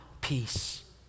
peace